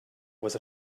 was